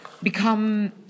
become